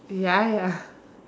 ya ya